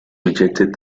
rejected